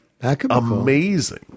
amazing